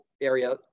area